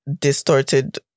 distorted